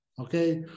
Okay